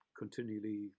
continually